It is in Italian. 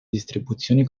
distribuzioni